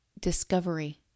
discovery